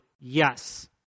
Yes